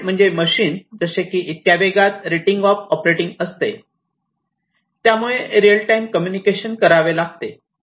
हाय speed म्हणजे machine जसे की इतक्या वेगात रेटिंग ऑफ ऑपरेटिंग असते त्यामुळे रियल टाइम कम्युनिकेशन करावे लागते